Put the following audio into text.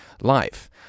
life